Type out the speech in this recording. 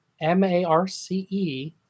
M-A-R-C-E